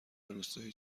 روستایی